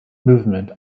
movement